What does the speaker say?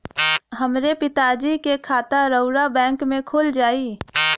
हमरे पिता जी के खाता राउर बैंक में खुल जाई?